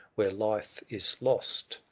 where life is lost,